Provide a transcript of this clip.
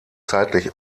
zeitlich